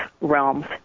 realms